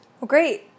great